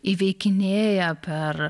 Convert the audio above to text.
įveikinėja per